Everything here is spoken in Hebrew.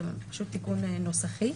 זה פשוט תיקון נוסחי.